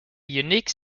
unique